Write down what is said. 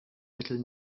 mittel